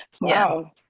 Wow